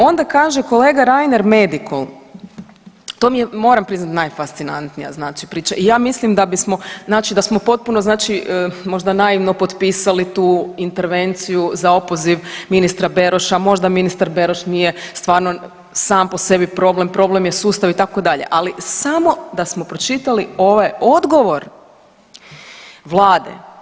Onda kaže kolega Reiner, Medikol, to mi je, moram priznati najfascinantnija znači, priča, i ja mislim da bismo, znači da smo potpuno znači možda naivno potpisali tu intervenciju za opoziv ministra Beroša, možda ministar Beroš nije stvarno sam po sebi problem, problem je sustav, itd., ali samo da smo pročitali ovaj odgovor Vlade.